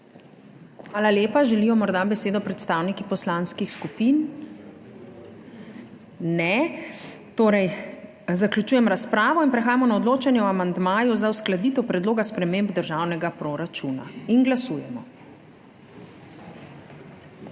Hvala lepa. Želijo morda besedo predstavniki poslanskih skupin? Ne. Torej zaključujem razpravo in prehajamo na odločanje o amandmaju za uskladitev predloga sprememb državnega proračuna. Glasujemo. Navzočih